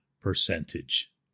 percentage